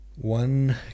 One